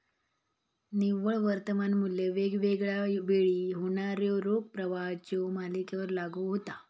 निव्वळ वर्तमान मू्ल्य वेगवेगळा वेळी होणाऱ्यो रोख प्रवाहाच्यो मालिकेवर लागू होता